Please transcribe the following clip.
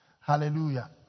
Hallelujah